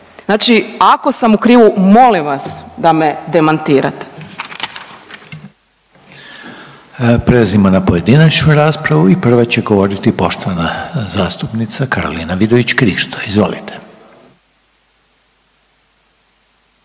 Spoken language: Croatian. Znači ako sam u krivu, molim vas da me demantirate. **Reiner, Željko (HDZ)** Prelazimo na pojedinačnu raspravu i prva će govoriti poštovana zastupnica Karolina Vidović Krišto. Izvolite.